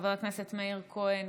חבר הכנסת מאיר כהן,